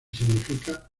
significa